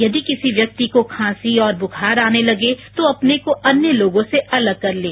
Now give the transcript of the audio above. यदि किसी व्यक्ति को खांसी और बुखार आने लगे तो अपने को अन्य लोगों से अलग कर लें